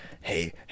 hey